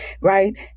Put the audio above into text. right